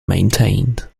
maintained